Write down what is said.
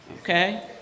okay